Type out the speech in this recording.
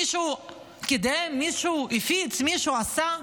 מישהו קידם, מישהו הפיץ, מישהו עשה?